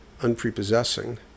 unprepossessing